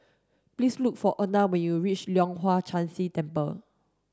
please look for Erna when you reach Leong Hwa Chan Si Temple